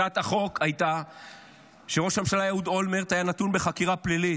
הצעת החוק הייתה כשראש הממשלה אהוד אולמרט היה נתון בחקירה פלילית,